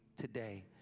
today